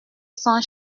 cents